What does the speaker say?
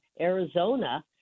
Arizona –